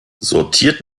sortiert